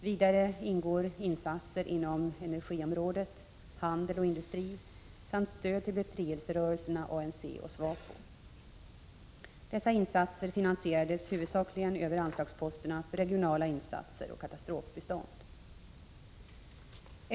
Vidare ingår insatser inom energiområdet, handel och industri samt stöd till befrielserörelserna ANC och SWAPO. Dessa insatser finansieras huvudsakligen över anslagsposterna för regionala insatser och katastrofbistånd.